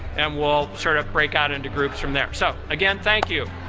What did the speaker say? and we'll sort of break out into groups from there. so again, thank you.